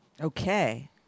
Okay